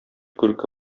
күрке